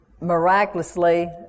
miraculously